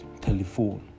telephone